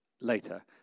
later